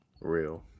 Real